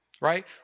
right